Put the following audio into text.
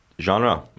genre